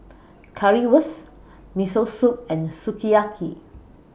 Currywurst Miso Soup and Sukiyaki